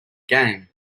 game